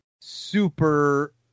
super